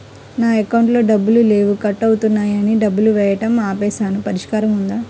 నా అకౌంట్లో డబ్బులు లేవు కట్ అవుతున్నాయని డబ్బులు వేయటం ఆపేసాము పరిష్కారం ఉందా?